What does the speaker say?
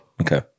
Okay